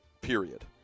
period